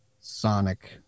Sonic